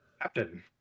captain